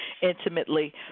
intimately